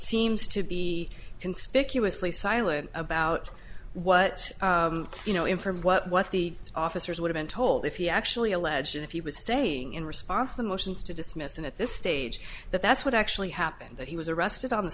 seems to be conspicuously silent about what you know him from what what the officers would have been told if he actually alleges if he was saying in response to motions to dismiss and at this stage that that's what actually happened that he was arrested on the